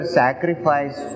sacrifice